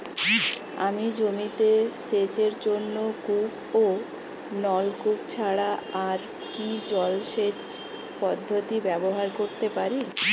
আমি জমিতে সেচের জন্য কূপ ও নলকূপ ছাড়া আর কি জলসেচ পদ্ধতি ব্যবহার করতে পারি?